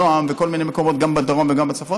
נעם, וכל מיני מקומות גם בדרום וגם בצפון.